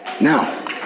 Now